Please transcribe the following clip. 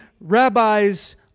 rabbis